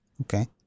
Okay